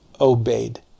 obeyed